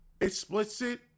Explicit